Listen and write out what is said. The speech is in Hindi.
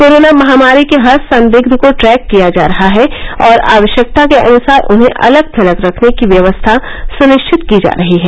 कोरोना महामारी के हर संदिद्ध को ट्रैक किया जा रहा है और आवश्यकता के अनुसार उन्हे अलग थलग रखने की व्यवस्था सुनिश्चित की जा रही है